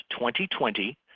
2020